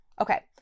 okay